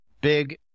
big